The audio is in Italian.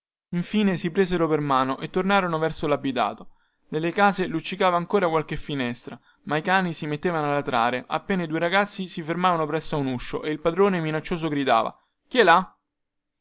infine si presero per mano e tornarono verso labitato nelle case luccicava ancora qualche finestra ma i cani si mettevano a latrare appena i due ragazzi si fermavano presso a un uscio e il padrone minaccioso gridava chi è là